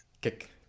Kick